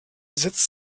setzt